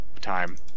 time